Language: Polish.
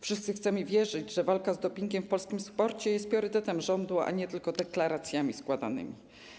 Wszyscy chcemy wierzyć, że walka z dopingiem w polskim sporcie jest priorytetem rządu, a nie tylko składanymi deklaracjami.